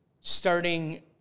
starting